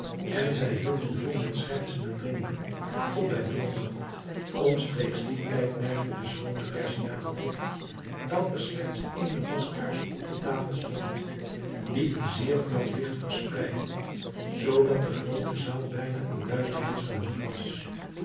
en zij hielden vol met schertsen en drinken tot bij middernacht omstreeks dien tijd merkte de schoone perziane op dat er slechts ééne waskaars op tafel stond die een zeer flaauw licht verspreidde zoodat de groote zaal bijna in duisternis gehuld was